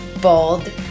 bold